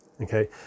okay